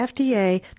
FDA